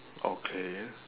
okay